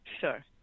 sure